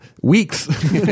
weeks